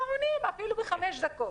לא עונים אפילו בחמש דקות,